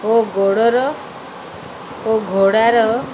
ଓ ଗୋଡ଼ର ଓ ଘୋଡ଼ାର